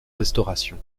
restauration